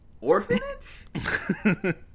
orphanage